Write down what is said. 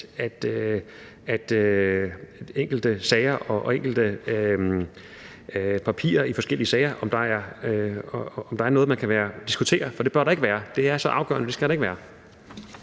til enkelte sager og til enkelte papirer i forskellige sager er noget, man kan diskutere, for det bør der ikke være. Det er så afgørende, at det skal der ikke være.